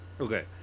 Okay